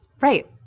Right